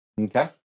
Okay